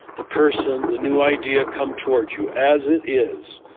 the person, the new idea come toward you as it is,